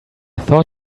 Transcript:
thought